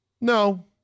No